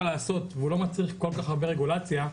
לעשות והוא לא מצריך כל כך הרבה רגולציה,